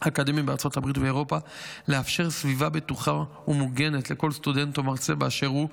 בארה"ב ובאירופה לאפשר סביבה בטוחה ומוגנת לכל סטודנט או מרצה באשר הוא,